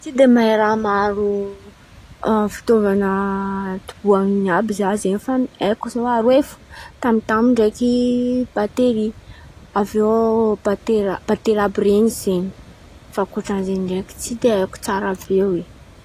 Tsy de mahay raha maro fitaovan̈a doboan̈a àby zah zen̈y fa ny haiko zen̈y aroe fo tam-tam ndraiky bateria aveo batera àby ren̈y zen̈y fa ankoatra ny zen̈y ndraiky tsy de haiko tsara be.